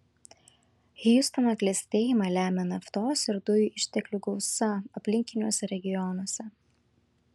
hjustono klestėjimą lemia naftos ir dujų išteklių gausa aplinkiniuose regionuose